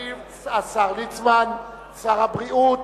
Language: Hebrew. ישיב השר ליצמן, שר הבריאות.